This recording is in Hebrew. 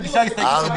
מגישי ההסתייגות.